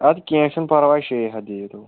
اَدٕ کیٚنٛہہ چھُنہٕ پرٕواے شےٚ ہَتھ دیٖتو